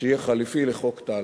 שיהיה חלופי לחוק טל.